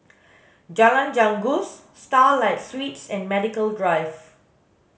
Jalan Janggus Starlight Suites and Medical Drive